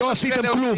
לא עשיתם כלום.